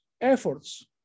efforts